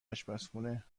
آشپزخونه